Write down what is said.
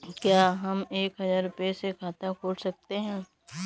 क्या हम एक हजार रुपये से खाता खोल सकते हैं?